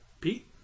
Pete